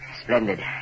Splendid